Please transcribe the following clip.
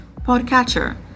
podcatcher